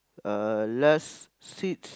uh last seats